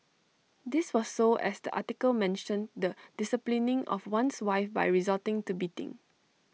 this was so as the article mentioned the disciplining of one's wife by resorting to beating